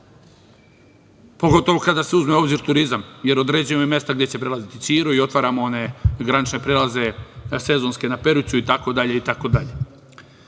pogotovo kada se uzme u obzir turizam, jer određuju mesta gde će prelaziti „Ćiro“ i otvaramo one granične prelaze sezonske na Perućcu,